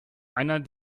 einer